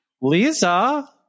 Lisa